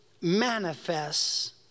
manifests